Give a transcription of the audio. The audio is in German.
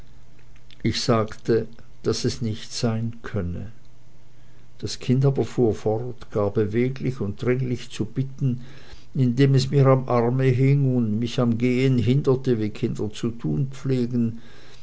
ich sagte daß es nicht sein könne das kind fuhr aber fort gar beweglich und dringlich zu bitten indem es mir am arme hing und mich am gehen hinderte wie kinder zu tun pflegen